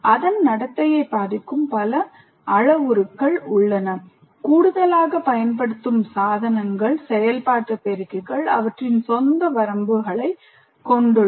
அதன் நடத்தையை பாதிக்கும் பல அளவுருக்கள் உள்ளன கூடுதலாக பயன்படுத்தப்படும் சாதனங்கள் செயல்பாட்டு பெருக்கிகள் அவற்றின் சொந்த வரம்புகளைக் கொண்டுள்ளன